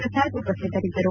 ಪ್ರಸಾದ ಉಪಶ್ವಿತರಿದ್ದರು